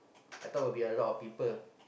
I thought will be a lot of people